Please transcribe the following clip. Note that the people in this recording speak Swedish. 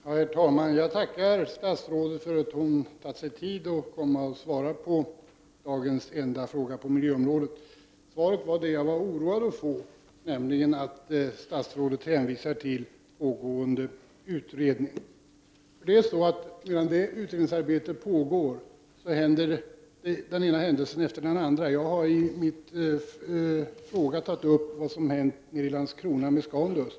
Herr talman! Jag tackar statsrådet för att hon tagit sig tid att komma och svara på dagens enda fråga på miljöområdet. Svaret var det jag var oroad för att få, nämligen att statsrådet hänvisar till pågående utredningar. Medan detta utredningsarbete pågår händer det ena efter det andra. Jag har i min fråga tagit upp vad som hänt nere i Landskrona med Scandust.